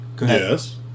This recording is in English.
Yes